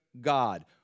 God